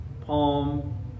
palm